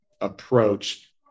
approach